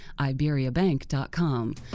IberiaBank.com